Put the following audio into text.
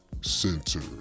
Center